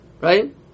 right